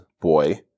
boy